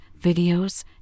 videos